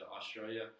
Australia